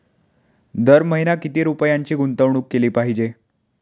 दर महिना किती रुपयांची गुंतवणूक केली पाहिजे?